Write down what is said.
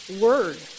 word